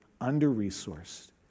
under-resourced